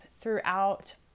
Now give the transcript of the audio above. throughout